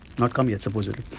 not come yet supposedly.